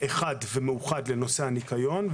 אחד ומאוחד בנושא הניקיון.